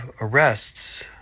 arrests